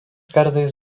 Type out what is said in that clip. kartais